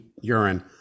urine